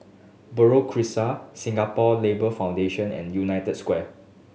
Buroh Crescent Singapore Labour Foundation and United Square